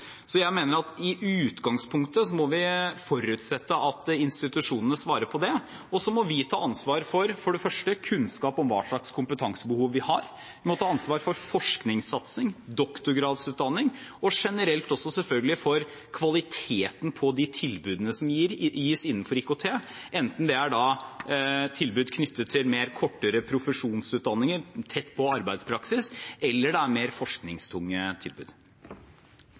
Så jeg mener at i utgangspunktet må vi forutsette at institusjonene svarer på det. Så må vi ta ansvar for kunnskap om hva slags kompetansebehov vi har, og vi må ta ansvar for forskningssatsing, doktorgradsutdanning og generelt også selvfølgelig for kvaliteten på de tilbudene som gis innenfor IKT, enten det er tilbud knyttet til mer kortere profesjonsutdanninger tett på arbeidspraksis eller mer forskningstunge tilbud.